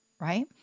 right